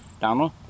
Donald